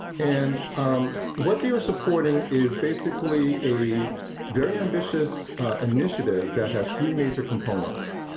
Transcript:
and um what they are supporting is basically a very ambitious initiative that has three major components.